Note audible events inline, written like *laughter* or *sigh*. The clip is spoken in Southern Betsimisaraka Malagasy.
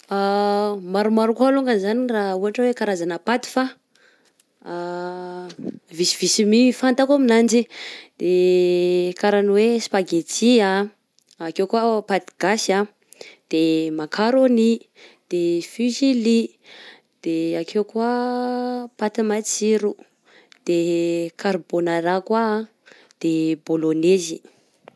*hesitation* Maromaro koa longany raha ohatra oe karazana paty fa *hesitation* visivisy mi fantako aminanjy. < *hesitation* kara ny hoe spaghetti, ake koa paty gasy de macaroni, de fusilli de ake koa paty matsiro, karbônara, de bolonezy.